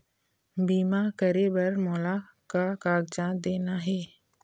बीमा करे बर मोला का कागजात देना हे?